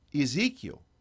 Ezekiel